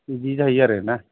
बिदि जाहैयो आरोना